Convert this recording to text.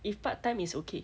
if part time is okay